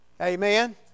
Amen